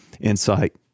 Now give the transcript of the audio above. insight